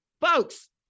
Folks